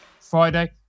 Friday